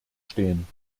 stehen